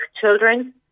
children